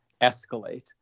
escalate